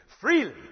freely